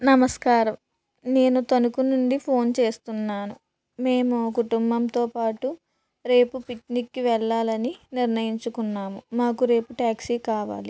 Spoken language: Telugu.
నమస్కారం నేను తణుకు నుండి ఫోన్ చేస్తున్నాను మేము కుటుంబంతో పాటు రేపు పిక్నిక్కి వెళ్ళాలని నిర్ణయించుకున్నాము మాకు రేపు టాక్సీ కావాలి